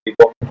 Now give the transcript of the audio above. people